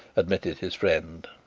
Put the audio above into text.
admitted his friend.